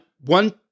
one